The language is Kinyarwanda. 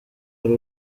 hari